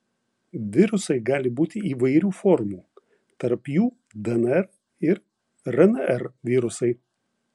virusai gali būti įvairių formų tarp jų dnr ir rnr virusai